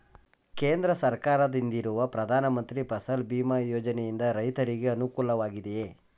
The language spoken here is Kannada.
ಕೇಂದ್ರ ಸರ್ಕಾರದಿಂದಿರುವ ಪ್ರಧಾನ ಮಂತ್ರಿ ಫಸಲ್ ಭೀಮ್ ಯೋಜನೆಯಿಂದ ರೈತರಿಗೆ ಅನುಕೂಲವಾಗಿದೆಯೇ?